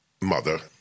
mother